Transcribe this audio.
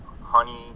Honey